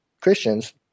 Christians